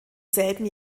selben